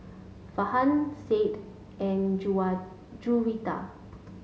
Farhan Said and Juwita